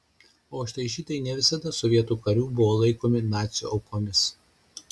o štai žydai ne visada sovietų karių buvo laikomi nacių aukomis